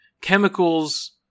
chemicals